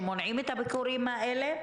אנחנו צריכים לסיים את הדיון הזה,